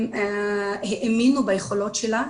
הם האמינו ביכולות שלה,